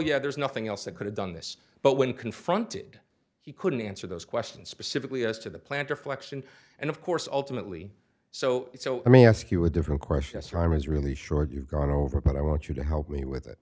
yeah there's nothing else that could have done this but when confronted he couldn't answer those questions specifically as to the plant reflection and of course ultimately so so let me ask you a different question as time is really short you've gone over what i want you to help me with it